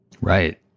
Right